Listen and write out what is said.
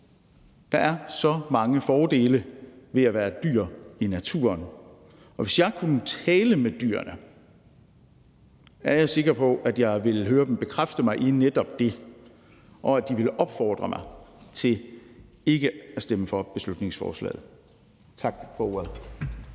Der er så mange fordele ved at være et dyr i naturen. Og hvis jeg kunne tale med dyrene, er jeg sikker på, at jeg ville høre dem bekræfte mig i netop det, og at de ville opfordre mig til ikke at stemme for beslutningsforslaget. Tak for ordet.